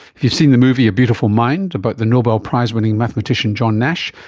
if you've seen the movie a beautiful mind about the nobel prize-winning mathematician john nash,